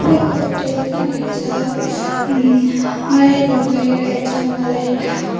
तपाईँको होटल कहाँनिर छ मलाई भोक लागिरहेछ मलाई